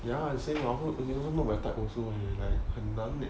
ya same what also not my type also leh 很难 leh